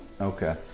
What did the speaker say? okay